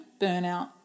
burnout